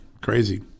crazy